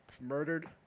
murdered